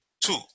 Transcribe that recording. two